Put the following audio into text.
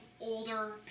older